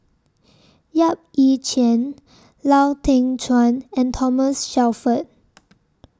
Yap Ee Chian Lau Teng Chuan and Thomas Shelford